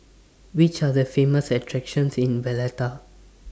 Which Are The Famous attractions in Valletta